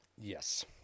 Yes